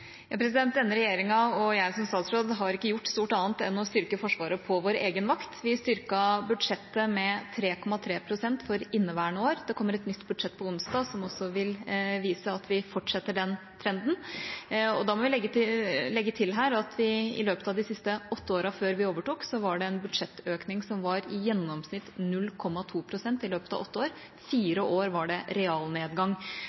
har ikke gjort stort annet enn å styrke Forsvaret på vår egen vakt. Vi styrket budsjettet med 3,3 pst. for inneværende år. Det kommer et nytt budsjett på onsdag som også vil vise at vi fortsetter den trenden. Da må vi legge til her at i løpet av de siste åtte årene før vi overtok, var det en budsjettøkning som i gjennomsnitt var 0,2 pst. – i fire år var det realnedgang.